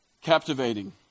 captivating